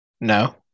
No